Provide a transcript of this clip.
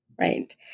right